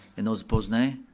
and those opposed, nay.